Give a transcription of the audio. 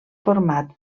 format